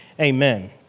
Amen